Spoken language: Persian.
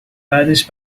بعدش